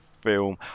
film